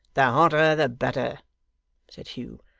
the hotter the better said hugh,